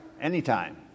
anytime